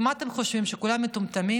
ומה אתם חושבים, שכולם מטומטמים?